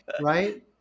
right